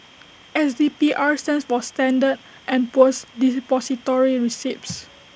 S P D R stands for standard and Poor's Depository receipts